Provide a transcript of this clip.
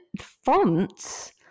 fonts